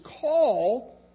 call